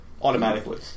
Automatically